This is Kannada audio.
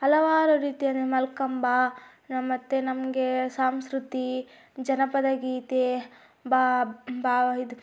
ಹಲವಾರು ರೀತಿಯಲ್ಲಿ ಮಲ್ಕಂಬ ಮತ್ತೆ ನಮಗೆ ಸಾಂಸ್ಕೃತಿ ಜನಪದ ಗೀತೆ